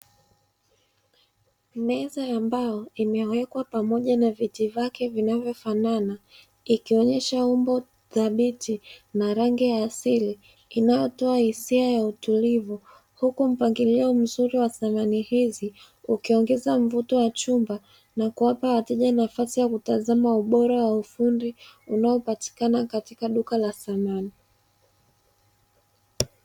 Meza ya mbao imewekwa pamoja na viti vyake vinavyofanana ikionyesha umbo dhabiti na rangi ya asili inayotoa hisia ya utulivu, huku mpangilio mzuri wa sehemu hizi kukiongeza mvuto wa chumba na kuwapa wateja nafasi ya kutazama ubora wa ufundi unaopatikana katika duka la samani.